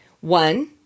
one